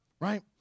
right